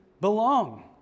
belong